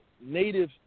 native